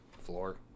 floor